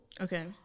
Okay